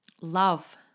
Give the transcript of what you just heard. love